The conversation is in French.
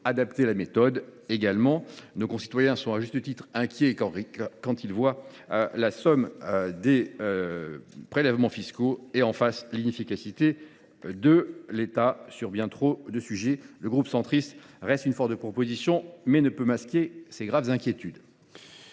nos concitoyens sont à juste titre inquiets quand ils mettent la somme des prélèvements fiscaux en regard de l’inefficacité de l’État sur bien trop de sujets. Le groupe Union Centriste reste une force de proposition, mais ne peut pas masquer ses graves inquiétudes.